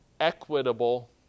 equitable